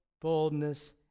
boldness